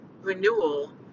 renewal